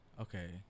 Okay